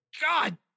God